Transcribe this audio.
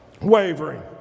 wavering